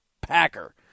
Packer